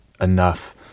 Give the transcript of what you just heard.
enough